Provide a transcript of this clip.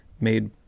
made